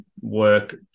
work